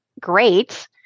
great